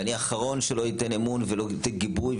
ואני האחרון שלא ייתן אמון ולא אתן גיבוי.